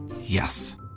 Yes